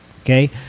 okay